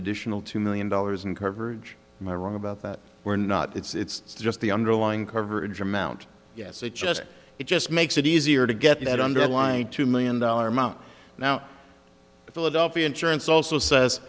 additional two million dollars in coverage and i wrong about that we're not it's just the underlying coverage amount yes it just it just makes it easier to get that underlying two million dollar amount now philadelphia insurance also says